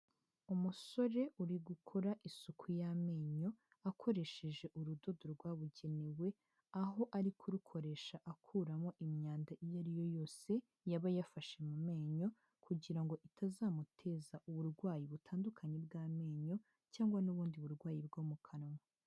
Umusore uri gukora isuku y'amenyo akoresheje urudodo rwabugenewe, aho ari kurukoresha akuramo imyanda iyo ari yo yose yaba yafashe mu menyo kugira ngo itazamuteza uburwayi butandukanye bw'amenyo cyangwa n'ubundi burwayi bwo mu kanwa.